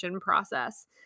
process